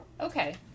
Okay